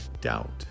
doubt